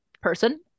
person